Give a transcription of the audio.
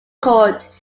court